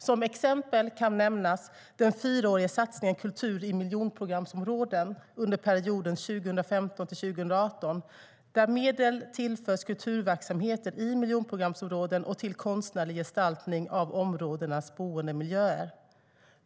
Som exempel kan nämnas den fyraåriga satsningen för perioden 2015-2018 på kultur i miljonprogramsområden, där medel går till kulturverksamheter i miljonprogramsområden och konstnärlig gestaltning av områdenas boendemiljöer.